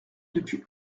depuis